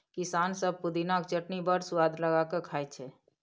किसान सब पुदिनाक चटनी बड़ सुआद लगा कए खाइ छै